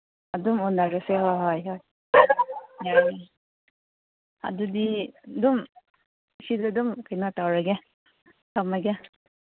ꯑꯗꯨꯝ ꯎꯅꯔꯁꯦ ꯍꯣꯏ ꯍꯣꯏ ꯍꯣꯏ ꯌꯥꯔꯦ ꯑꯗꯨꯗꯤ ꯑꯗꯨꯝ ꯁꯤꯗ ꯑꯗꯨꯝ ꯀꯩꯅꯣ ꯇꯧꯔꯒꯦ ꯊꯝꯃꯒꯦ